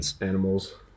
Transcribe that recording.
animals